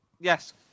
Yes